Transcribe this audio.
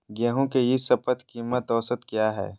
गेंहू के ई शपथ कीमत औसत क्या है?